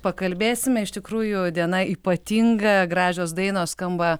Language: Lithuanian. pakalbėsime iš tikrųjų diena ypatinga gražios dainos skamba